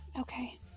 okay